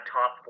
Top